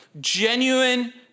genuine